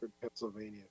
Pennsylvania